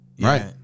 right